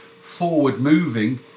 forward-moving